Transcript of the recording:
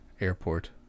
airport